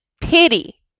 pity